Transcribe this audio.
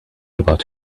about